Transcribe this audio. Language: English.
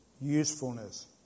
usefulness